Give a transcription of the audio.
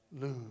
lose